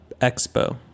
Expo